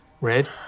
red